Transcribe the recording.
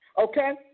Okay